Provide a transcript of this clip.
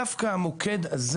דווקא המוקד הזה